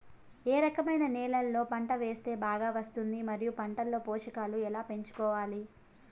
ఏ రకమైన నేలలో పంట వేస్తే బాగా వస్తుంది? మరియు పంట లో పోషకాలు ఎలా పెంచుకోవాలి?